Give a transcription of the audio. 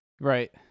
Right